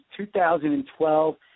2012